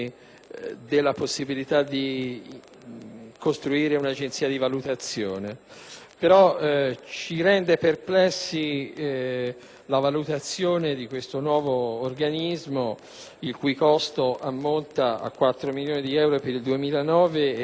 istituire un'agenzia di valutazione, però ci rende perplessi la stima della spesa di questo nuovo organismo, il cui costo ammonta a 4 milioni di euro per il 2009 e a 8 milioni di euro per il 2010.